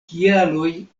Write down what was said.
kialoj